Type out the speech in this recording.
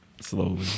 slowly